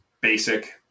basic